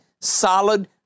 solid